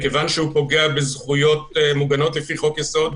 מכיוון שהוא פוגע בזכויות מוגנות לפי חוק-יסוד: